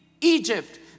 Egypt